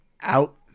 out